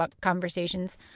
conversations